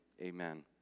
amen